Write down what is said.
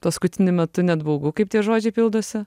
paskutiniu metu net baugu kaip tie žodžiai pildosi